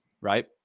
right